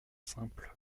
simples